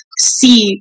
see